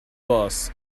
bus